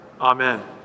Amen